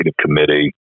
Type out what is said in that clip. committee